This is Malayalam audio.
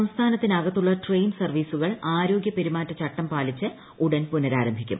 സംസ്ഥാനത്തിനകത്തുള്ള ട്രെയിൻ സർവീസുകൾ ആരോഗ്യ പെരുമാറ്റച്ചട്ടം പാലിച്ച് ഉടൻ പുനഃരാരംഭിക്കും